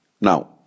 Now